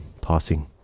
passing